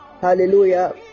Hallelujah